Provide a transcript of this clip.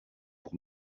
pour